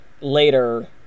later